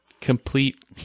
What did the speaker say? complete